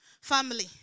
family